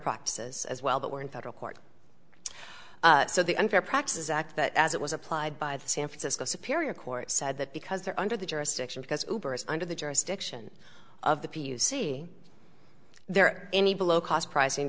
practices as well that were in federal court so the unfair practices act that as it was applied by the san francisco superior court said that because they're under the jurisdiction because under the jurisdiction of the p u c there any below cost pricing